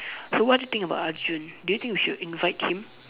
so what do you think about Arjun do you think we should invite him